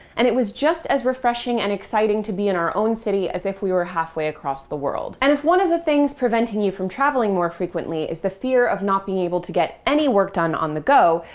and it was just as refreshing and exciting to be in our own city as if we were halfway across the world. and if one of the things preventing you from traveling more frequently is the fear of not being able to get any work done on the go,